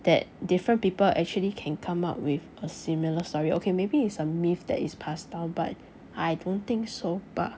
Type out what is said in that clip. that different people actually can come up with a similar story okay maybe it is a myth that is passed down but I don't think so bah